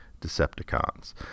Decepticons